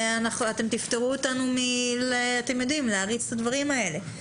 אתם תפתרו אותנו מלהריץ את הדברים האלה,